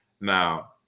Now